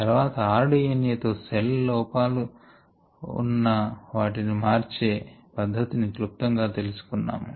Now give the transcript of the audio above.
తర్వాత r DNA తో cell లోపాలు ఉన్న వాటిని మార్చే పద్ధతిని క్లుప్తం గా తెలిసి కొన్నాము